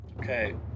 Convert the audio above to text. Okay